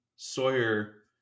sawyer